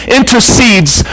intercedes